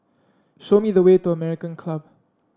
show me the way to American Club